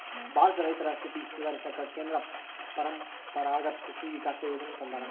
ಭಾರತದ ರೈತರ ಸ್ಥಿತಿ ಸುಧಾರಿಸಾಕ ಕೇಂದ್ರ ಪರಂಪರಾಗತ್ ಕೃಷಿ ವಿಕಾಸ ಯೋಜನೆ ತಂದಾರ